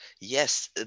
yes